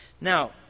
Now